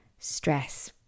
stress